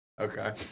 Okay